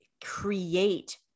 create